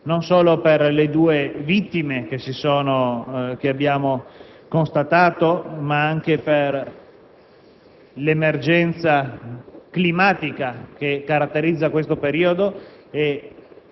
non solo per le due vittime che abbiamo constatato, ma anche per l'emergenza climatica che caratterizza questo periodo